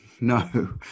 No